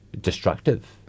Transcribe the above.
destructive